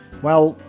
well,